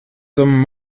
zum